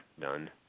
done